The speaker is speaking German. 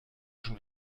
schon